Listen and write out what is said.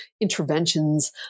interventions